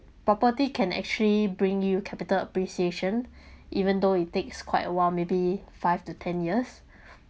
property can actually bring you capital appreciation even though it takes quite a while maybe five to ten years